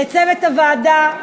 לצוות הוועדה,